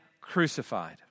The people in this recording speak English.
crucified